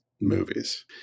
movies